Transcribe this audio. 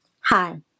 Hi